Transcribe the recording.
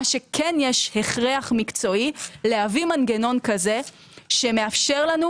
מה שכן יש הכרח מקצועי זה להביא מנגנון כזה שמאפשר לנו